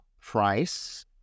price